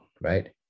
right